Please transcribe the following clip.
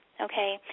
okay